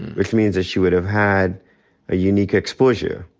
which means that she would have had a unique exposure.